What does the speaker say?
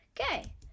Okay